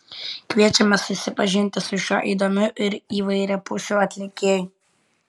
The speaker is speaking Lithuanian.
kviečiame susipažinti su šiuo įdomiu ir įvairiapusiu atlikėju